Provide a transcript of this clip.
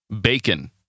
bacon